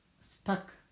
stuck